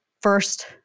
first